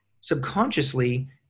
subconsciously